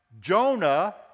Jonah